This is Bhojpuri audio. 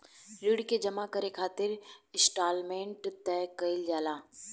ऋण के जामा करे खातिर इंस्टॉलमेंट तय कईल जाला